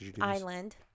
island